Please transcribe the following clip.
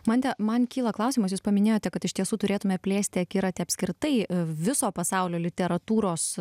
mante man kyla klausimas jūs paminėjote kad iš tiesų turėtume plėsti akiratį apskritai viso pasaulio literatūros